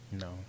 No